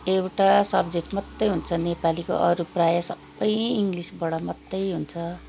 एउटा सब्जेक्ट मात्रै हुन्छ नेपालीको अरू प्राय सबै इङ्ग्लिसबाट मात्रै हुन्छ